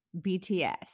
BTS